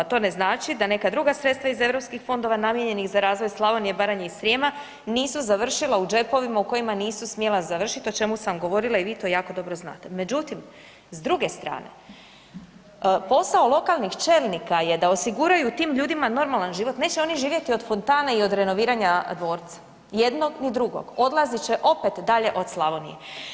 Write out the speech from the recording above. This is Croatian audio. To ne znači da neka druga sredstva iz europskih fondova namijenjenih za razvoj Slavonije, Baranje i Srijema nisu završila u džepovima u kojima nisu smjela završiti, o čemu sam govorila i vi to jako dobro znate, međutim s druge strane posao lokalnih čelnika je da osiguraju tim ljudima normalan život, neće oni živjeti od fontane i od renoviranja dvorca, jednog ni drugog, odlazit će opet dalje od Slavonije.